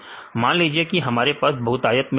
मान लीजिए कि हमारे पास बहुतायत में डाटा है